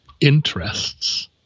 interests